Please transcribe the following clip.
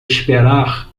esperar